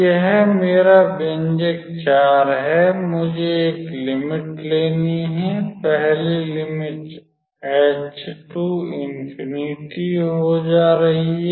तो यह मेरा व्यंजक है मुझे एक लिमिट लेनी हैपहली लिमिट h2 इनफीनिटी हो जा रही है